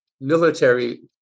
military